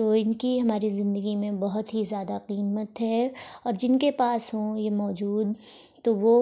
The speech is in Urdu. تو ان کی ہماری زندگی میں بہت ہی زیادہ قیمت ہے اور جن کے پاس ہوں یہ موجود تو وہ